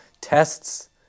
tests